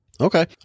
Okay